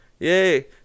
Yay